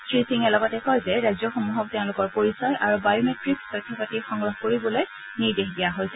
শ্ৰী সিঙে লগতে কয় যে ৰাজ্যসমূহক তেওঁলোকৰ পৰিচয় আৰু বায়োমেট্ৰিকছ তথ্যপাতি সংগ্ৰহ কৰিবলৈ নিৰ্দেশ দিয়া হৈছে